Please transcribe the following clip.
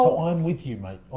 so i'm with you mate.